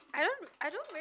I don't I don't real